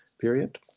period